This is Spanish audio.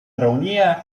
reunía